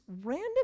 random